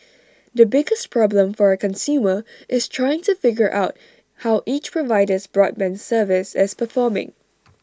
the biggest problem for A consumer is trying to figure out how each provider's broadband service is performing